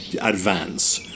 advance